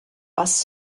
bus